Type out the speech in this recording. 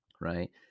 right